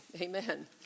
amen